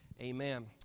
Amen